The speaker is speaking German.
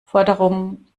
forderungen